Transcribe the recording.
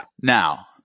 Now